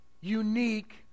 unique